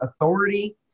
authority